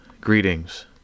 Greetings